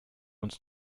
uns